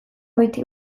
goitik